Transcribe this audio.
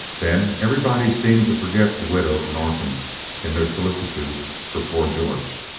then everybody seemed to forget the widow and orphans in their solicitude for poor george.